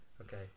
Okay